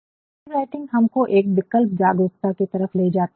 creative writing हमको एक विकल्प जागरूकता की तरफ ले जाती है